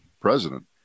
president